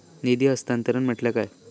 निधी हस्तांतरण म्हटल्या काय?